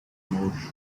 more